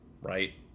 right